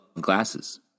glasses